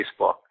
Facebook